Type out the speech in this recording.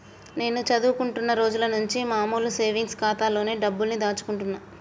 నేను చదువుకుంటున్న రోజులనుంచి మామూలు సేవింగ్స్ ఖాతాలోనే డబ్బుల్ని దాచుకుంటున్నా